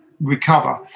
recover